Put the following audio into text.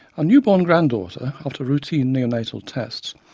new-born grand-daughter, after routine neonatal tests,